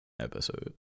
episode